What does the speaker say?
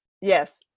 yes